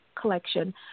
Collection